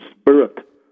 spirit